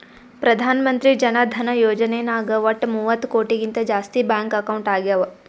ಪ್ರಧಾನ್ ಮಂತ್ರಿ ಜನ ಧನ ಯೋಜನೆ ನಾಗ್ ವಟ್ ಮೂವತ್ತ ಕೋಟಿಗಿಂತ ಜಾಸ್ತಿ ಬ್ಯಾಂಕ್ ಅಕೌಂಟ್ ಆಗ್ಯಾವ